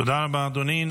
תודה רבה, אדוני.